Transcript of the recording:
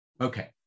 Okay